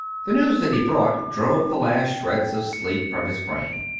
the news that he brought drove the last shreds of sleep from his brain.